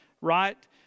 right